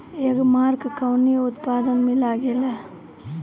एगमार्क कवने उत्पाद मैं लगेला?